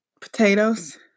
potatoes